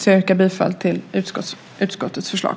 Så jag yrkar bifall till utskottets förslag.